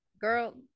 girl